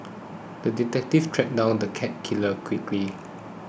the detective tracked down the cat killer quickly